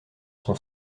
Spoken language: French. sont